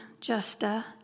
Justa